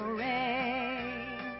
rain